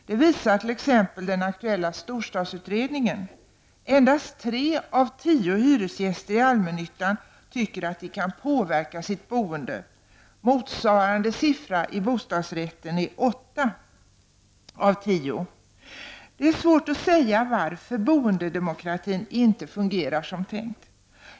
Det visar t.ex. den aktuella storstadsutredningen. Endast tre av tio hyresgäster i allmännyttan tycker att de kan påverka sitt boende. Motsvarande siffra bland dem som har bostadsrätt är åtta av tio. Det är svårt att säga varför boendedemokratin inte fungerar som tänkt.